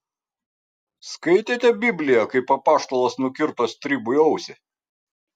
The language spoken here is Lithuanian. skaitėte bibliją kaip apaštalas nukirto stribui ausį